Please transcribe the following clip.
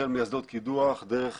החל מאסדות קידוח דרך